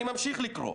אני ממשיך לקרוא: